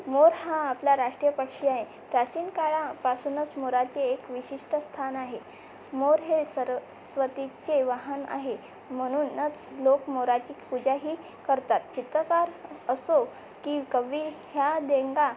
मोर हा आपला राष्ट्रीय पक्षी आहे प्राचीन काळापासूनच मोराचे एक विशिष्ट स्थान आहे मोर हे सरस्वतीचे वाहन आहे म्हणूनच लोक मोराची पूजाही करतात चित्रकार असो की कवी ह्या देंगा